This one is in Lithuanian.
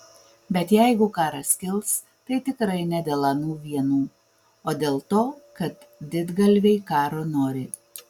bet jeigu karas kils tai tikrai ne dėl anų vienų o dėl to kad didgalviai karo nori